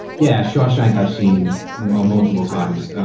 yeah, shawshank, i've seen ah multiple times.